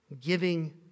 giving